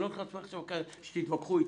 אני לא נכנס עכשיו לוויכוח הזה.